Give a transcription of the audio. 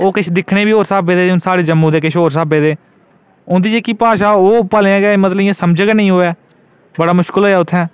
ओह् दिक्खने गी होर स्हाबै दे ते साढ़े जम्मू दे किश होर स्हाबै दे उं'दी जेह्की भाशा ओह् भलेंआं मतलब कि समझ नीं आवै बड़ा मुश्कल होएआ उत्थै